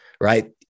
right